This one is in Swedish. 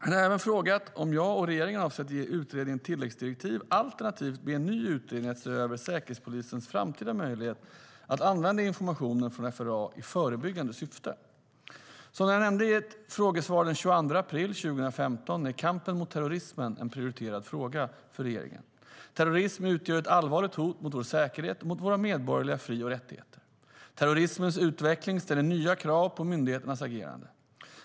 Han har även frågat om jag och regeringen avser att ge utredningen tilläggsdirektiv alternativt be en ny utredning att se över Säkerhetspolisens framtida möjlighet att använda information från FRA i förebyggande syfte. Som jag nämnde i ett frågesvar den 22 april 2015 är kampen mot terrorism en prioriterad fråga för regeringen. Terrorism utgör ett allvarligt hot mot vår säkerhet och mot våra medborgerliga fri och rättigheter. Terrorismens utveckling ställer nya krav på myndigheternas agerande.